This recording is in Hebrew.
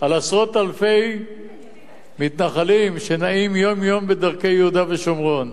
לעשרות-אלפי מתנחלים שנעים יום-יום בדרכי יהודה ושומרון,